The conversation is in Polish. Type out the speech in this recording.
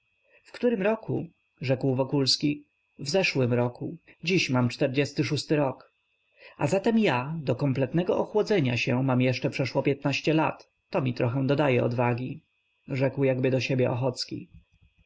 w którym roku rzekł wokulski w zeszłym roku dziś mam czterdziesty szósty rok a zatem ja do kompletnego ochłodzenia się mam jeszcze przeszło piętnaście lat to mi trochę dodaje odwagi rzekł jakby do siebie ochocki